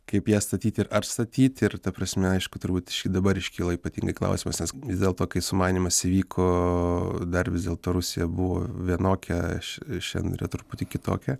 kaip ją statyt ir ar statyt ir ta prasme aišku turbūt išk dabar iškyla ypatingai klausimas nes vis dėlto kai sumanymas įvyko dar vis dėlto rusija buvo vienokia aš šiandien yra truputį kitokia